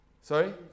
Sorry